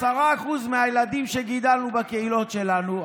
10% מהילדים שגידלנו בקהילות שלנו,